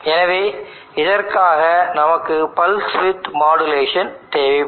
எனவே இதற்காக நமக்கு பல்ஸ் வித் மாடுலேஷன் தேவைப்படுகிறது